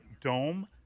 dome